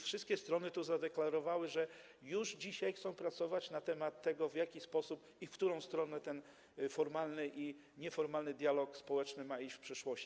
Wszystkie strony tu zadeklarowały, że już dzisiaj chcą pracować na temat tego, w jaki sposób i w którą stronę ten formalny i nieformalny dialog społeczny ma iść w przyszłości.